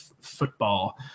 football